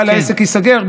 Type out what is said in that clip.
בעל העסק יסגור,